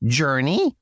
journey